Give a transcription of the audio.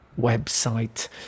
website